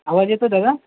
आवाज येतो आहे दादा